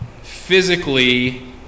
physically